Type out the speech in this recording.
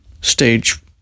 Stage